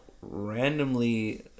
randomly